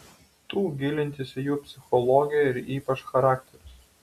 tų gilintis į jų psichologiją ir ypač charakterius